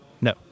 No